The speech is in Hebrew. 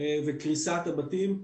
וקריסת הבתים,